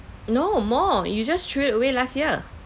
no more you just threw it away last year